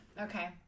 Okay